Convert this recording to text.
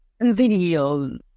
video